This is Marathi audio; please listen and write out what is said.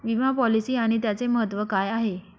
विमा पॉलिसी आणि त्याचे महत्व काय आहे?